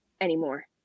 anymore